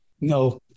No